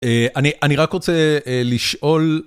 אני אני רק רוצה לשאול.